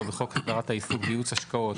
בחוק הסדרת העיסוק בייעוץ השקעות,